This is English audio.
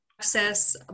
access